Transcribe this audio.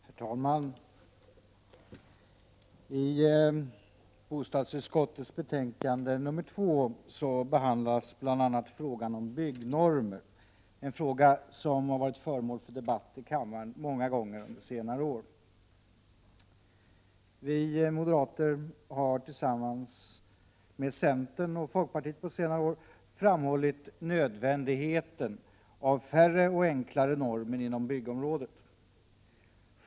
Herr talman! I bostadsutskottets betänkande 2 behandlas bl.a. frågan om byggnormer — en fråga som varit föremål för debatt i kammaren vid åtskilliga tillfällen under senare år. Vi moderater har, tillsammans med centern och folkpartiet, på senare år 26 november 1987 framhållit nödvändigheten av färre och enklare normer inom byggområdet.